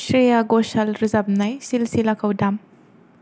श्रेया घोशाल रोजाबनाय सिलसिलाखौ दाम